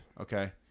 okay